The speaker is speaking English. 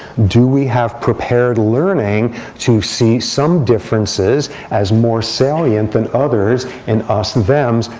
do we have prepared learning to see some differences as more salient than others in us thems?